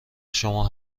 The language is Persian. شما